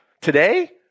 today